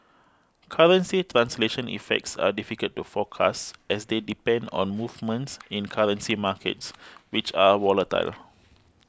currency translation effects are difficult to forecast as they depend on movements in currency markets which are volatile